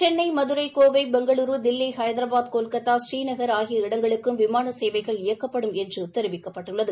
சென்னை மதுரை கோவை பெங்களூரு தில்லி ஹைதரபாத் கொல்கத்தா ஸ்ரீநகர் ஆகிய இடங்களுக்கும் விமான சேவைகள் இயக்கப்படும் என்று தெரிவிக்கப்பட்டுள்ளது